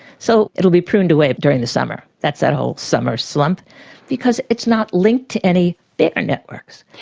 so it will be pruned away during the summer, that's that whole summer slump because it's not linked to any bigger networks.